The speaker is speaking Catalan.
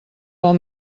pel